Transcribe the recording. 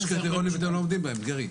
יש קריטריונים ואתם לא עומדים בהם, גרי.